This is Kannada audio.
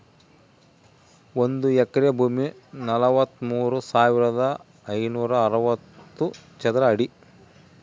ಒಂದು ಎಕರೆ ಭೂಮಿ ನಲವತ್ಮೂರು ಸಾವಿರದ ಐನೂರ ಅರವತ್ತು ಚದರ ಅಡಿ